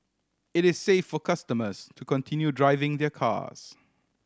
it is safe for customers to continue driving their cars